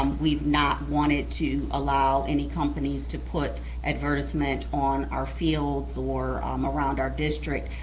um we've not wanted to allow any companies to put advertisement on our fields or um around our district.